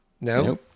No